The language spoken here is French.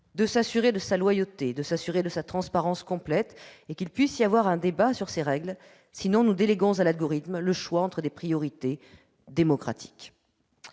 de s'assurer de sa loyauté, de s'assurer de sa transparence complète et qu'il puisse y avoir un débat sur ces règles sinon nous déléguons à l'algorithme le choix entre des priorités démocratiques.